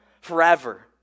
forever